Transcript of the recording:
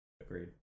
Agreed